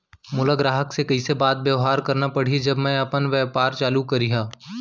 मोला ग्राहक से कइसे बात बेवहार करना पड़ही जब मैं अपन व्यापार चालू करिहा?